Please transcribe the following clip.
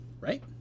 right